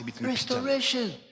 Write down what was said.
Restoration